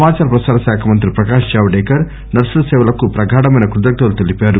సమాచార ప్రసార శాఖ మంత్రి ప్రకాశ్ జావదేకర్ నర్పుల సేవలకు ప్రగాఢమైన కృతజ్ఞతలు తెలిపారు